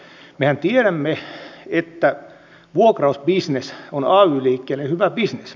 mehän tiedämme että vuokrausbisnes on ay liikkeelle hyvä bisnes